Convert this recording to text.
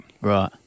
Right